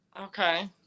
Okay